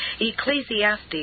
Ecclesiastes